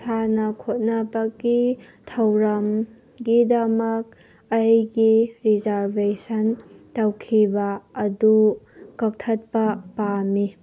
ꯁꯥꯟꯅ ꯈꯣꯠꯅꯕꯒꯤ ꯊꯧꯔꯝꯒꯤꯗꯃꯛ ꯑꯩꯒꯤ ꯔꯤꯖꯥꯔꯕꯦꯁꯟ ꯇꯧꯈꯤꯕ ꯑꯗꯨ ꯀꯛꯊꯠꯄ ꯄꯥꯝꯃꯤ